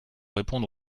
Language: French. répondre